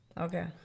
Okay